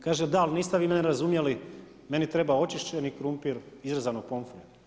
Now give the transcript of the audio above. Kaže, da al niste vi mene razumjeli, meni treba očišćeni krumpir, izrezan u pomfrit.